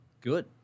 Good